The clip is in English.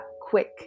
quick